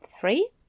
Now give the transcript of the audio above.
three